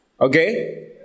Okay